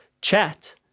chat